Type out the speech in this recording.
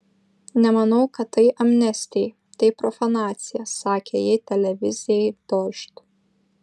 nemanau kad tai amnestijai tai profanacija sakė ji televizijai dožd